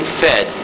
fed